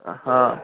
हा